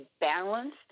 balanced